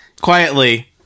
quietly